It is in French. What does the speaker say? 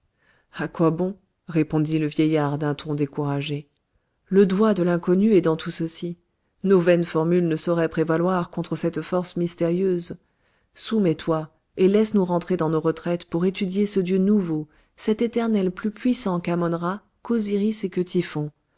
à quoi bon répondit le vieillard d'un ton découragé le doigt de l'inconnu est dans tout ceci nos vaines formules ne sauraient prévaloir contre cette force mystérieuse soumets-toi et laisse-nous rentrer dans nos retraites pour étudier ce dieu nouveau cet éternel plus puissant quammon ra qu'osiris et que typhon